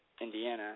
Indiana